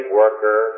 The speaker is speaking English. worker